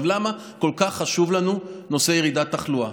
למה כל כך חשוב לנו נושא ירידת תחלואה?